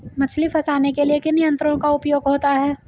मछली फंसाने के लिए किन यंत्रों का उपयोग होता है?